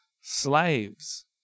slaves